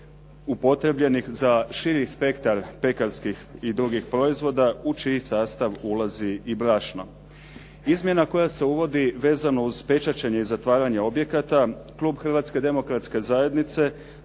upotrijebljenih za širi spektar pekarskih i drugih proizvoda u čini sastav ulazi i brašno. Izmjena koja se uvodi vezano uz pečaćenje i zatvaranje objekata Klub Hrvatske Demokratske Zajednice